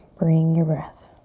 bring your breath.